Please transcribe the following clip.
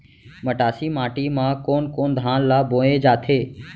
मटासी माटी मा कोन कोन धान ला बोये जाथे?